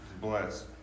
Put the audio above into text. bless